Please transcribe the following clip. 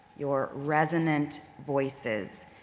your resonant voices,